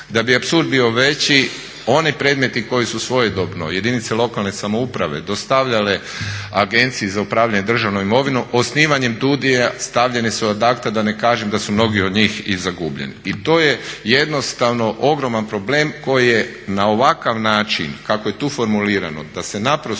Da bi apsurd bio veći oni predmeti koji su svojedobno jedinice lokalne samouprave dostavljale Agenciji za upravljanje državnom imovinom osnivanjem DUUDI-a stavljene su ad acta da ne kažem da su mnogi od njih i zagubljeni. I to je jednostavno ogroman problem koji je na ovakav način kako je tu formulirano da se naprosto